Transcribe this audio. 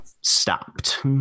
stopped